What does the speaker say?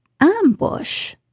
ambush